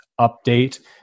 update